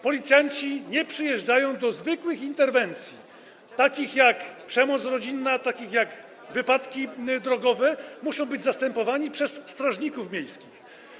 Policjanci nie przyjeżdżają do zwykłych interwencji, w sytuacjach takich jak przemoc rodzinna, takich jak wypadki drogowe, muszą być zastępowani przez strażników miejskich.